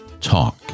Talk